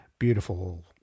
beautiful